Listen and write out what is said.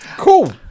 Cool